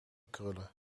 krullen